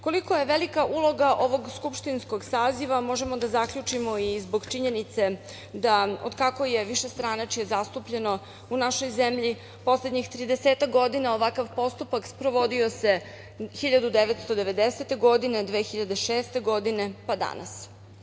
Koliko je velika uloga ovog skupštinskog saziva možemo da zaključimo i zbog činjenice da se, od kako je višestranačje zastupljeno u našoj zemlji poslednjih tridesetak godina, ovakav postupak sprovodio 1990, 2006. godine, pa danas.